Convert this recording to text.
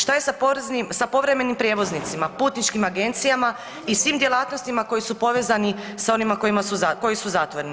Šta je sa povremenim prijevoznicima, putničkim agencijama i svim djelatnostima koji su povezani sa onima koji su zatvoreni?